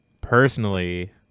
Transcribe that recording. Personally